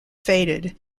faded